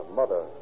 mother